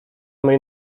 mej